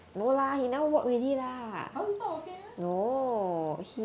!huh! he's not working already meh